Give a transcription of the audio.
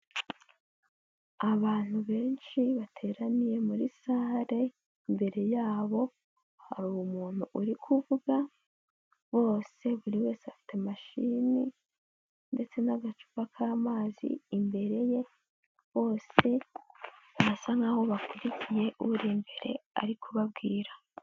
Abantu benshi bateraniye muri sale, imbere yabo hari umuntu uri kuvuga bose buri wese afite mashini ndetse n'agacupa k'amazi imbere ye, bose barasa nkaho bakurikiye uri imbere ari kubabwira.